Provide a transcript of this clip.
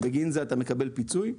ובגין זה אתה מקבל פיצוי,